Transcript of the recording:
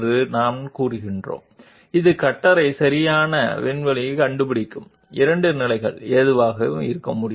రెండు స్థానాలు ఉండకూడదు a ఇది కట్టర్ కాంటాక్ట్ పాయింట్ వద్ద పూర్తిగా సర్ఫేస్ తో సంబంధం కలిగి ఉంటుంది మరియు ఇది స్పేస్ లో దాన్ని పరిష్కరించడానికి స్పెరికల్ ఎండ్ యొక్క కేంద్ర స్థానం